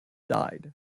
died